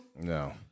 No